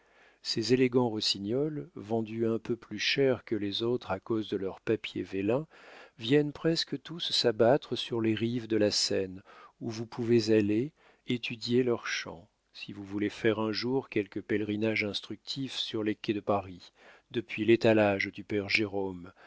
ces élégants rossignols vendus un peu plus cher que les autres à cause de leur papier vélin viennent presque tous s'abattre sur les rives de la seine où vous pouvez aller étudier leurs chants si vous voulez faire un jour quelque pèlerinage instructif sur les quais de paris depuis l'étalage du père jérôme